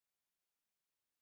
yes correct